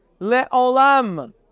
Le'olam